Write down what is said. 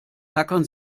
tackern